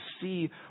see